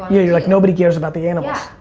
you're you're like nobody cares about the animals.